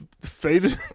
faded